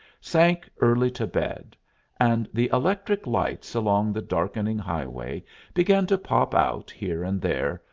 sank early to bed and the electric lights along the darkening highway began to pop out here and there,